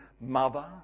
mother